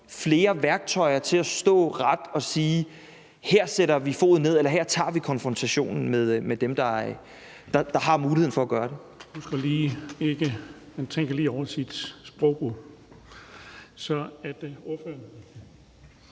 flere værktøjer til at stå ret og sige, at her sætter vi foden ned eller her tager vi konfrontationen, til dem, der har muligheden for at gøre det?